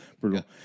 Brutal